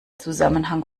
zusammenhang